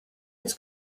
los